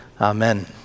Amen